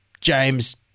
James